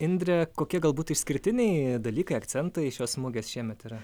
indre kokie galbūt išskirtiniai dalykai akcentai šios mugės šiemet yra